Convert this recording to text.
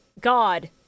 God